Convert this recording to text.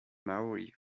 maori